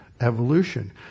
evolution